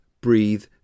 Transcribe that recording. breathe